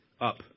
up